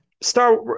Star